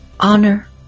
honor